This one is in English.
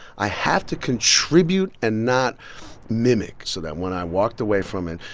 i have to contribute and not mimic. so that when i walked away from it,